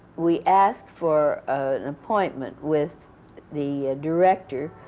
we asked for an appointment with the director,